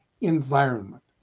environment